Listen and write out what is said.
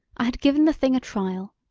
i had given the thing a trial.